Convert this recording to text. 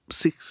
six